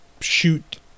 shoot